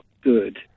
good